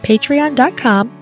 Patreon.com